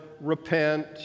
repent